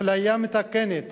אפליה מתקנת